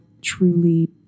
truly